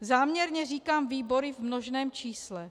Záměrně říkám výbory v množném čísle.